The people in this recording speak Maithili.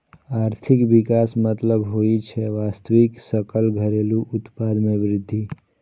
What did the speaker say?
आर्थिक विकासक मतलब होइ छै वास्तविक सकल घरेलू उत्पाद मे वृद्धि